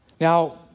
Now